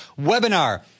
webinar